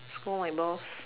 scold my boss